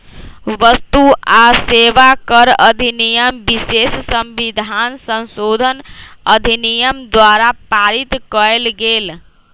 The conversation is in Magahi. वस्तु आ सेवा कर अधिनियम विशेष संविधान संशोधन अधिनियम द्वारा पारित कएल गेल